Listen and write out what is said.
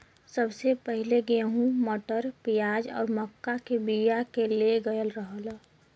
सबसे पहिले गेंहू, मटर, प्याज आउर मक्का के बिया के ले गयल रहल